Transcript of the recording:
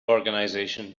organization